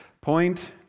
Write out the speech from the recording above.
point